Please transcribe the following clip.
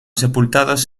sepultados